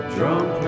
Drunk